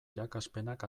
irakaspenak